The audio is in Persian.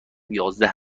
یازده